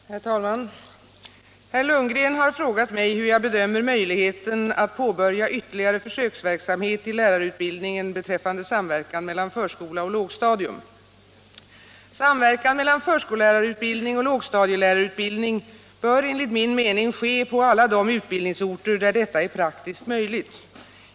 Herr talman! Herr Lundgren har frågat mig hur jag bedömer möjligheten att påbörja ytterligare försöksverksamhet i lärarutbildningen beträffande samverkan mellan förskola och lågstadium. Samverkan mellan förskollärarutbildning och lågstadielärarutbildning bör enligt min mening ske på alla de utbildningsorter där detta är praktiskt möjligt.